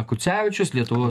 kucevičius lietuvo